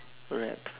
rap